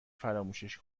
فراموشش